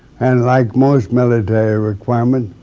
and like most military requirement,